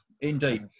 Indeed